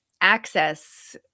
access